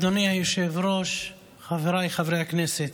אדוני היושב-ראש, חבריי חברי הכנסת,